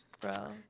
bro